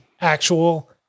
actual